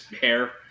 hair